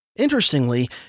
Interestingly